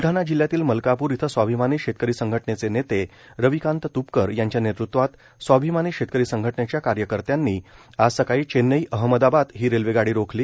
ब्लढाणा जिल्ह्यातील मलकापूर इथं स्वाभिमानी शेतकरी संघटनेचे नेते रविकांत त्पकर यांच्या नेतृत्वात स्वाभिमानी शेतकरी संघटनेच्या कार्यकर्त्यांनी आज सकाळी चेन्नई अमदाबाद ही रेल्वेगाडी रोखली